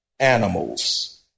animals